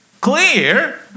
clear